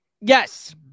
Yes